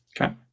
Okay